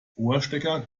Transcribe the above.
ohrstecker